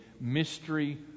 mystery